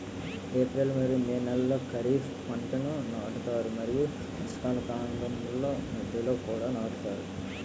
April మరియు May నెలలో ఖరీఫ్ పంటలను నాటుతారు మరియు వర్షాకాలం ప్రారంభంలో మధ్యలో కూడా నాటుతారు